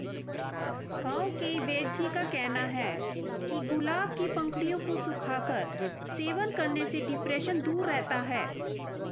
गांव के वेदजी का कहना है कि गुलाब के पंखुड़ियों को सुखाकर सेवन करने से डिप्रेशन दूर रहता है